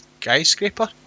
SkyScraper